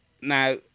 Now